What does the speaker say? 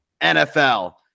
nfl